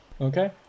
Okay